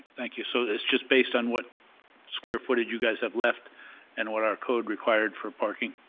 thank you. so it's just based on what square footage you guys have left and what our code required for parking?